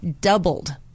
doubled